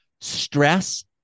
stress